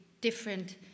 different